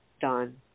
done